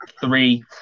three